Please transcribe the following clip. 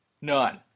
None